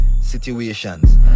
situations